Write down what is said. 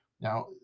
Now